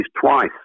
twice